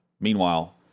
Meanwhile